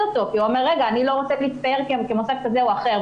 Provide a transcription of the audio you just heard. את המוסד כי הוא לא היה רוצה להצטייר כמוסד כזה או אחר.